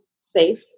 safe